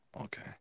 Okay